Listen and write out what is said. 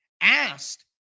asked